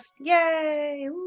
yay